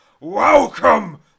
Welcome